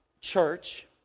church